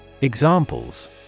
Examples